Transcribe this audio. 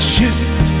Shift